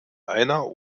einer